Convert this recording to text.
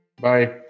Bye